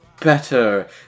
better